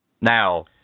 now